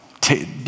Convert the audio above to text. Take